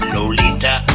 Lolita